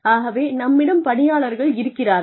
ஆகவே நம்மிடம் பணியாளர்கள் இருக்கிறார்கள்